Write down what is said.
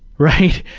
right?